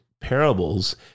parables